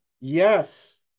yes